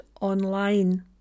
online